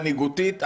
מנהיגותית ואחראית.